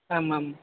आमाम्